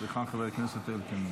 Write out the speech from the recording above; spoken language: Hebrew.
סליחה, חבר הכנסת אלקין,